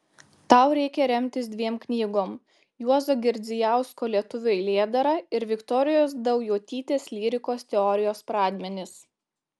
tau reikia remtis dviem knygom juozo girdzijausko lietuvių eilėdara ir viktorijos daujotytės lyrikos teorijos pradmenys